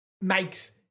makes